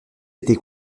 été